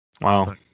wow